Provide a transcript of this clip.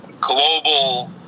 global